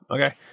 Okay